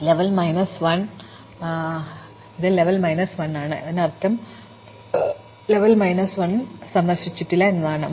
അതിനാൽ ഈ level minus 1 ആണ് അതിനാൽ ഇത് ലെവൽ മൈനസ് 1 ആണ് അതിനർത്ഥം സന്ദർശനമല്ല എന്നാണ് അതിനാൽ ലെവൽ മൈനസ് 1 എന്നാൽ സന്ദർശിച്ചിട്ടില്ല എന്നാണ്